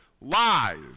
Lies